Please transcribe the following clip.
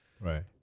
Right